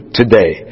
today